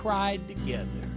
cried together